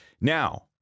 Now